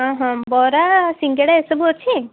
ହଁ ହଁ ବରା ସିଙ୍ଗଡ଼ା ଏସବୁ ଅଛି